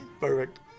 perfect